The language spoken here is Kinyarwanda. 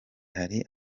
hari